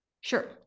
Sure